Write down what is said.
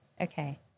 Okay